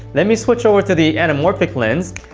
let me switch over to the anamorphic lens.